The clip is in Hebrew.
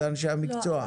זה אנשי המקצוע.